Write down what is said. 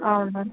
అవును మ్యామ్